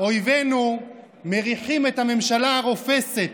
אויבינו מריחים את הממשלה הרופסת,